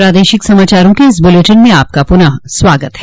प्रादेशिक समाचारों के इस बुलेटिन में आपका फिर से स्वागत है